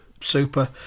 super